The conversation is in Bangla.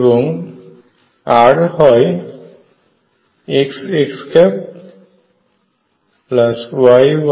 এবং r হয় xxyyzz